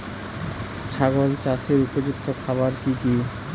ছাগল চাষের উপযুক্ত খাবার কি কি?